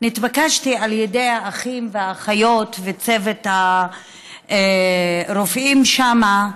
התבקשתי על ידי האחים והאחיות וצוות הרופאים שם,